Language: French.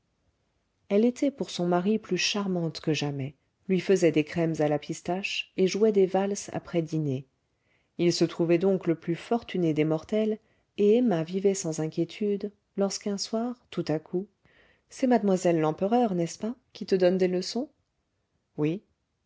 elle était pour son mari plus charmante que jamais lui faisait des crèmes à la pistache et jouait des valses après dîner il se trouvait donc le plus fortuné des mortels et emma vivait sans inquiétude lorsqu'un soir tout à coup c'est mademoiselle lempereur n'est-ce pas qui te donne des leçons oui